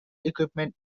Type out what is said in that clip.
equipment